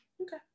Okay